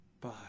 bye